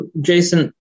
Jason